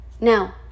Now